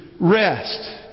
rest